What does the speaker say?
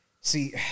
see